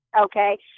okay